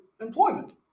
employment